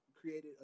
created